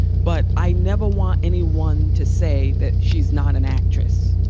but i never want anyone to say that she's not an actress.